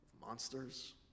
monsters